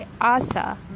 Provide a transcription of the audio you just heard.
Asa